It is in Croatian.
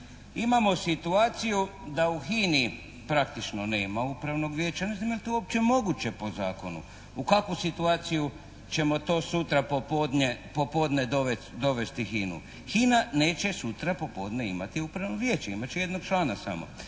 imamo situaciju da u HINA-i praktički nema upravnog vijeća, neznam jel' to uopće moguće po zakonu, u kakvu situaciju ćemo to sutra po podne dovesti HINA-u. HINA neće sutra po podne imati upravno vijeće, imati će jednog člana samo